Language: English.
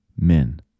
men